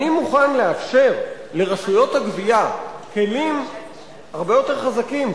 אני מוכן לאפשר לרשויות הגבייה כלים הרבה יותר חזקים,